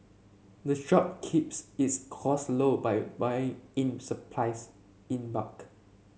the shop keeps its cost low by buying in supplies in bulk